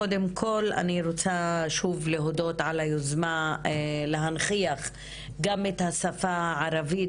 קודם כל אני רוצה שוב להודות על היוזמה להנכיח את השפה הערבית